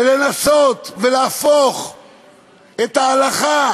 ומנסה להפוך את ההלכה